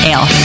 Ale